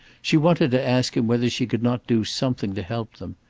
she wanted to ask him whether she could not do something to help them,